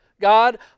God